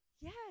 yes